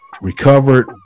Recovered